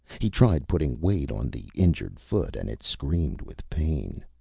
he tried putting weight on the injured foot and it screamed with pain.